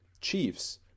Chiefs